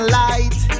light